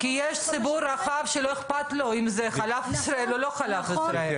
--- כי יש ציבור רחב שלא אכפת לו אם זה חלב ישראל או לא חלב ישראל.